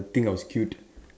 think I was cute